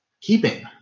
Keeping